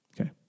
Okay